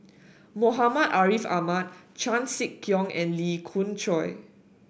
Muhammad Ariff Ahmad Chan Sek Keong and Lee Khoon Choy